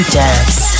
dance